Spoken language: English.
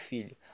Filho